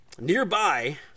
nearby